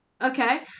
okay